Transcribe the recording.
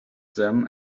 them